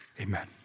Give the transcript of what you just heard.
Amen